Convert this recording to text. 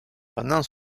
pendant